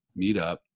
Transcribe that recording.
meetup